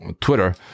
Twitter